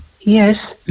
Yes